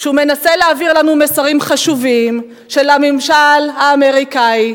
שהוא מנסה להעביר לנו מסרים חשובים של הממשל האמריקני.